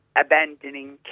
abandoning